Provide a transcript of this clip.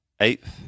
Eighth